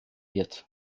wird